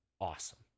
awesome